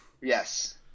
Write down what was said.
yes